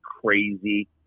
crazy